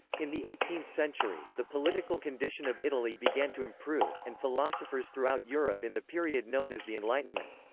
in the eighteenth century, the political condition of italy began to improve, and philosophers throughout europe in the period known as the enlightenment.